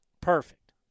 Perfect